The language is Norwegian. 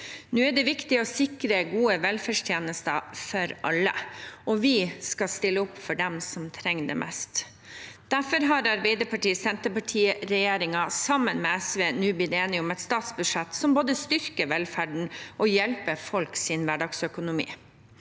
Nå er det viktig å sikre gode velferdstjenester for alle. Vi skal stille opp for dem som trenger det mest. Arbeiderparti–Senterparti-regjeringen har derfor, sammen med SV, blitt enige om et statsbudsjett som både styrker velferden og hjelper folks hverdagsøkonomi.